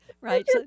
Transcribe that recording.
right